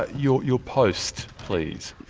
your your post, please.